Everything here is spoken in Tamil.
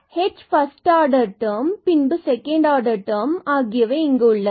h பர்ஸ்ட் ஆர்டர் டெர்ம் பின்பு செகண்ட் ஆர்டர் டெர்ம் உள்ளது